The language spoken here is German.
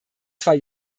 zwei